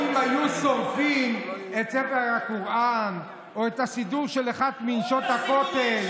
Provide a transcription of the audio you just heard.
או אם היו שורפים את ספר הקוראן או את הסידור של אחת מנשות הכותל,